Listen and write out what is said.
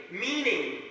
meaning